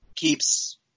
Keeps